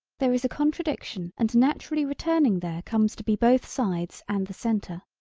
there is a contradiction and naturally returning there comes to be both sides and the centre.